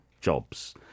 jobs